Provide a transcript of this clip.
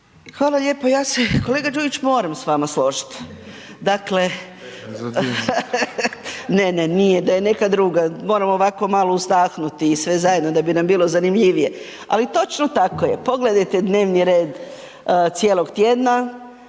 Hvala lijepo. Ja se kolega Đujić moram s vama složiti. Dakle, ne, ne nije, da je neka druga, moram ovako malo uzdahnuti i sve zajedno da bi nam bilo zanimljivije. Ali točno tako je, pogledajte dnevni red cijelog tjedna,